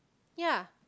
ya